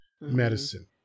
medicine